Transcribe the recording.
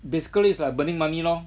basically it's like burning money lor